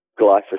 glyphosate